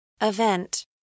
Event